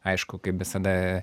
aišku kaip visada